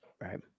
Right